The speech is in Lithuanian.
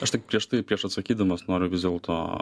aš tik prieš tai prieš atsakydamas noriu vis dėlto